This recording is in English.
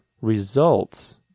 results